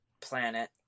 planet